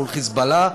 מול "חיזבאללה",